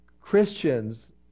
Christians